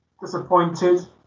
disappointed